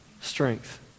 Strength